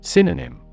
Synonym